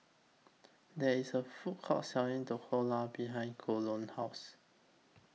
There IS A Food Court Selling Dhokla behind Colon's House